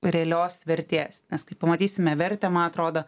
realios vertės nes kai pamatysime vertę ma atrodo